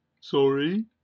Sorry